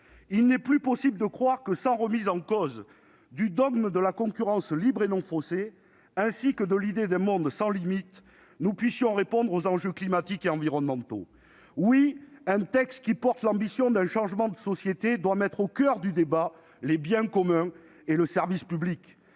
Il n'est plus possible de croire que, sans remise en cause du dogme de la concurrence libre et non faussée, ainsi que de l'idée d'un monde sans limites, nous puissions répondre aux enjeux climatiques et environnementaux. Oui, un texte qui porte l'ambition d'un changement de société doit mettre au coeur du débat les biens communs et le service public.